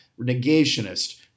negationist